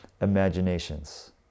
imaginations